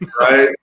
Right